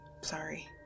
sorry